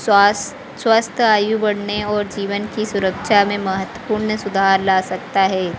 श्वास स्वस्थ आयु बढ़ने और जीवन की सुरक्षा में महत्वपूर्ण सुधार ला सकता है